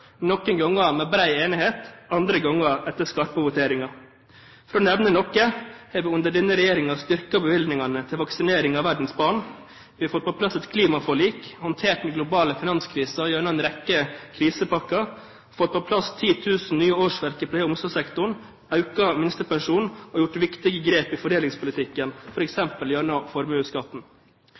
noen ganger med bred enighet, andre ganger etter skarpe voteringer. For å nevne noe: Vi har under denne regjeringen styrket bevilgningene til vaksinering av verdens barn, vi har fått på plass et klimaforlik, håndtert den globale finanskrisen gjennom en rekke krisepakker, fått på plass 10 000 nye årsverk i pleie- og omsorgssektoren, økt minstepensjonen og gjort viktige grep i fordelingspolitikken, f.eks. gjennom formuesskatten.